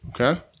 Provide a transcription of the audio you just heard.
Okay